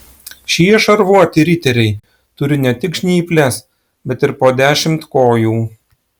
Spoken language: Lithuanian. šie šarvuoti riteriai turi ne tik žnyples bet ir po dešimt kojų